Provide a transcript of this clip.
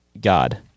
God